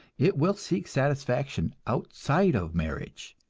it will seek satisfaction outside of marriage,